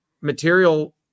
material